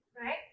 right